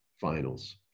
finals